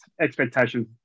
expectations